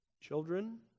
children